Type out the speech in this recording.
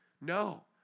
No